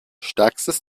stärkstes